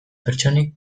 pertsonek